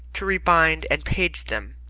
to re-bind and page them,